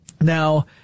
Now